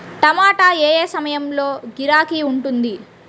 టమాటా ఏ ఏ సమయంలో గిరాకీ ఉంటుంది?